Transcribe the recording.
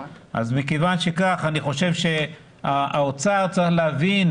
מכיוון שכך אני חושב שהאוצר צריך להבין,